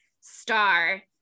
star